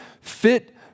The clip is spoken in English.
fit